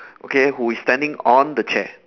okay who is standing on the chair